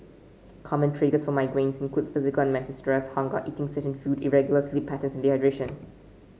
common triggers for migraines include physical and mental stress hunger eating certain food irregular sleep patterns and dehydration